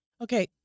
Okay